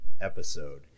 episode